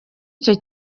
icyo